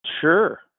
Sure